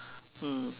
mm